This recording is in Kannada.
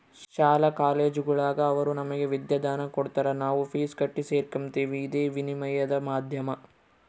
ಶಾಲಾ ಕಾಲೇಜುಗುಳಾಗ ಅವರು ನಮಗೆ ವಿದ್ಯಾದಾನ ಕೊಡತಾರ ನಾವು ಫೀಸ್ ಕಟ್ಟಿ ಸೇರಕಂಬ್ತೀವಿ ಇದೇ ವಿನಿಮಯದ ಮಾಧ್ಯಮ